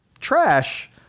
trash